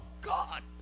God